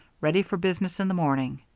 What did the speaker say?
ready for business in the morning.